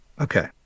Okay